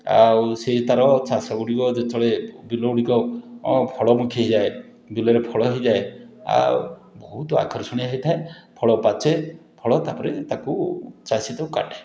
ଆଉ ସିଏ ତାର ଚାଷଗୁଡ଼ିକ ଯେତେବେଳେ ବିଲଗୁଡ଼ିକ ଅଁ ଫଳମୁଖୀ ହେଇଯାଏ ବିଲରେ ଫଳ ହେଇଯାଏ ଆଉ ବହୁତ ଆକର୍ଷଣୀୟ ହେଇଥାଏ ଫଳପାଚେ ଫଳ ତା'ପରେ ତାକୁ ଚାଷୀ ତାକୁ କାଟେ